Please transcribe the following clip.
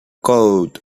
code